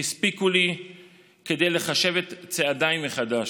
הספיקו לי כדי לחשב את צעדיי מחדש.